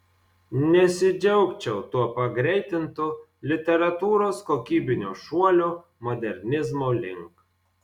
nesidžiaugčiau tuo pagreitintu literatūros kokybiniu šuoliu modernizmo link